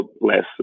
less